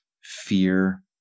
fear